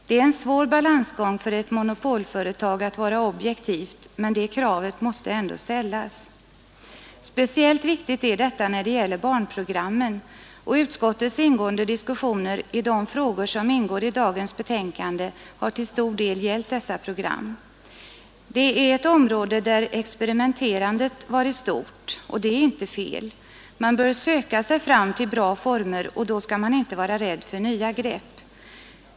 Det är en svår balansgång för ett monopolföretag att vara objektivt, men det kravet måste ändå ställas. Speciellt viktigt är detta när det gäller barnprogrammen, och utskottets ingående diskussio ner i de frågor, som ingår i dagens betänkande, har till stor del gällt dessa program. Det är ett område, där experimenterandet varit stort, och det är inte fel. Man bör söka sig fram till bra former, och då skall man inte vara rädd för nya grepp.